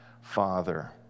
Father